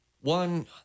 One